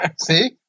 See